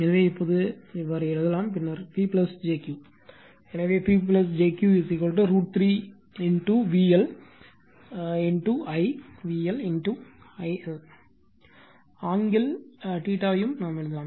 எனவே இப்போது எழுதலாம் பின்னர் P jQ எனவே P jQ √ 3 VL I VL I L ஆங்கிளை யும் எழுதலாம்